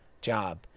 job